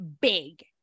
big